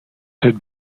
had